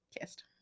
kissed